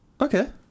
Okay